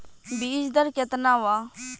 बीज दर केतना वा?